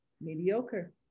mediocre